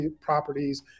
properties